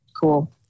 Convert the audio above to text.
cool